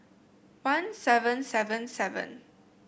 one seven seven seven